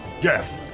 Yes